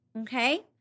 Okay